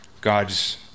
God's